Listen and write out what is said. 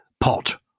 pot